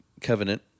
covenant